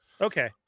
Okay